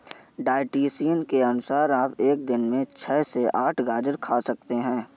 dietitian के अनुसार आप एक दिन में छह से आठ गाजर खा सकते हैं